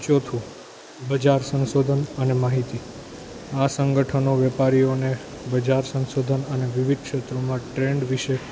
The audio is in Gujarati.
ચોથું બજાર સંશોધન અને માહિતી આ સંગઠનો વેપારીઓને બજાર સંશોધન અને વિવિધ ક્ષેત્રોમાં ટ્રેન્ડ વિશે